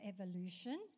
evolution